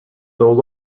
though